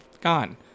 Gone